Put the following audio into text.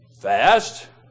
fast